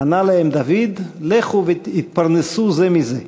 ענה להם דוד: לכו והתפרנסו זה מזה.